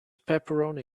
pepperoni